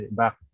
back